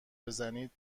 بزنید